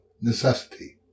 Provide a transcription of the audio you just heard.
necessity